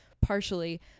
partially